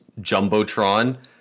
Jumbotron